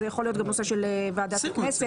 זה יכול להיות גם נושא של ועדת הכנסת.